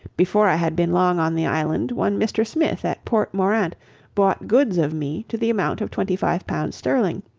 before i had been long on the island, one mr. smith at port morant bought goods of me to the amount of twenty-five pounds sterling